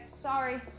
Sorry